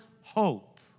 hope